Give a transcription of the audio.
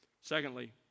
Secondly